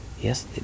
Yes